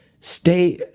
stay